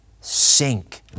sink